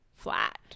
flat